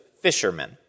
fishermen